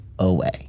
Away